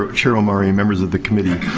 chair omari and members of the committee,